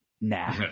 nah